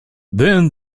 then